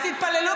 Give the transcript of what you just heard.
אז תתפללו,